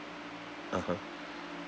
(uh huh)